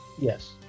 Yes